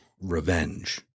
revenge